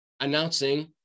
announcing